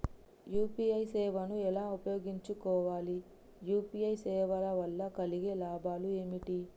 UPI సేవను ఎలా ఉపయోగించు కోవాలి? యూ.పీ.ఐ సేవల వల్ల కలిగే లాభాలు ఏమిటి?